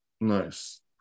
Nice